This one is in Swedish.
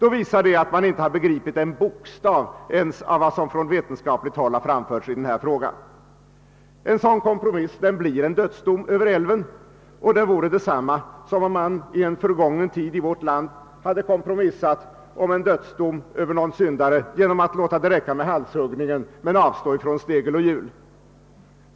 I så fall har man inte begripit en bokstav av vad som på vetenskapligt håll har framförts i denna fråga. En sådan kompromiss blir en dödsdom över älven. Det vore detsamma som om man i en förgången tid i vårt land hade kompromissat om en dödsdom över någon syndare genom att låta det räcka med halshuggning och avstå från stegel och hjul.